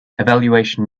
evaluation